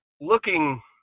looking